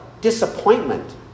disappointment